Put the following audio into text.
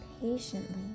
Patiently